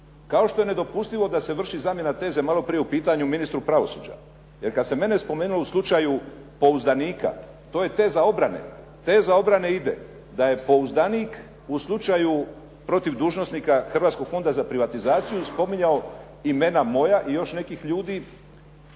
kao što je nedopustivo da se vrši zamjena teze maloprije u pitanju ministru pravosuđa. Jer kad se mene spomenulo u slučaju pouzdanika, to je teza obrane. Teza obrane ide da je pouzdanik u slučaju protiv dužnosnika Hrvatskog fonda za privatizaciju spominjao imena moja i još nekih ljudi